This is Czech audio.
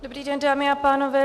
Dobrý den, dámy a pánové.